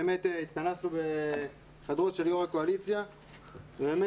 התכנסנו ‏בחדרו של יו"ר הקואליציה ובאמת